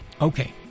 Okay